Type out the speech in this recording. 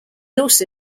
also